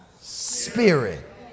spirit